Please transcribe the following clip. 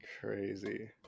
crazy